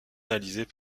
analysés